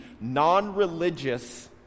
non-religious